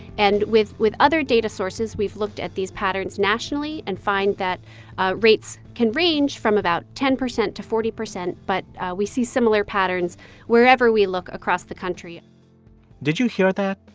and with with other data sources, we've looked at these patterns nationally and find that rates can range from about ten percent to forty percent, but we see similar patterns wherever we look across the country did you hear that?